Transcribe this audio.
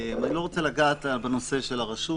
אני לא רוצה לגעת בנושא של הרשות,